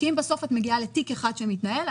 כי אם בסוף את מגיעה לתיק אחד שמתנהל,